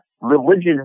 religion